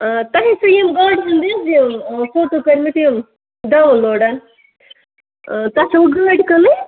آ تۄہہِ ٲسِو یِم گاڑِ یہِ حظ یہِ فوٹوٗ کٔرمٕتۍ یِم ڈاوُن لوڈ تۄہہِ چھَوٕ گٲڑۍ کٕنٕنۍ